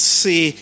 see